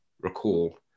recall